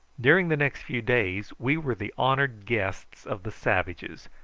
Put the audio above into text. during the next few days we were the honoured guests of the savages,